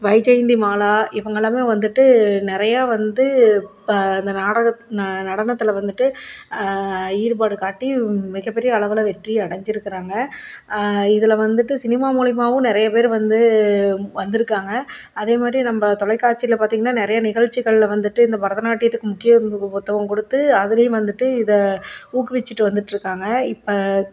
வைஜெயந்தி மாலா இவங்க எல்லாமே வந்துட்டு நிறையா வந்து ப இந்த நாடக நடனத்தில் வந்துட்டு ஈடுபாடு காட்டி மிகப் பெரிய அளவில் வெற்றி அடைஞ்சிருக்கிறாங்க இதில் வந்துட்டு சினிமா மூலிமாவும் நிறைய பேர் வந்து வந்திருக்காங்க அதே மாதிரி நம்ம தொலைக்காட்சியில் பார்த்தீங்கன்னா நிறைய நிகழ்ச்சிகள்ல வந்துட்டு இந்த பரதநாட்டியதுக்கு முக்கியத் துவம் கொடுத்து அதுலேயும் வந்துட்டு இதை ஊக்குவிச்சிட்டு வந்துட்டிருக்காங்க இப்போ